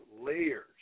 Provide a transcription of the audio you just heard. layers